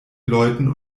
leuten